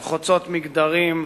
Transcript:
הן חוצות מגדרים,